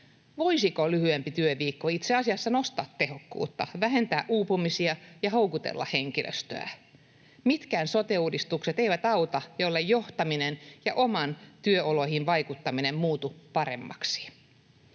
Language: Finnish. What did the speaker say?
Voisiko lyhyempi työviikko itse asiassa nostaa tehokkuutta, vähentää uupumisia ja houkutella henkilöstöä? Mitkään sote-uudistukset eivät auta, jollei johtaminen ja omiin työoloihin vaikuttaminen muutu paremmaksi.